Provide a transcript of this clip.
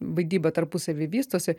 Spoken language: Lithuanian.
vaidyba tarpusavy vystosi